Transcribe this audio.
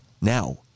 now